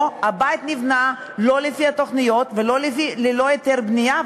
או כשהבית נבנה שלא לפי התוכניות וללא היתר בנייה,